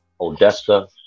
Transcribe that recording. Odessa